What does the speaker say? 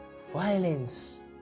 violence